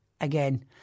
again